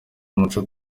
umuco